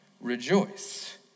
rejoice